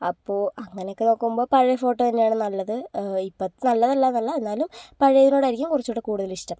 അപ്പോൾ അങ്ങനെ ഒക്കെ നോക്കുമ്പോൾ പഴയ ഫോട്ടോ തന്നെയാണ് നല്ലത് ഇപ്പത്ത നല്ലതല്ലാന്നല്ല എന്നാലും പഴയതിനോടായിരിക്കും കുറച്ചും കൂടെ കൂടുതലിഷ്ടം